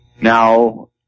Now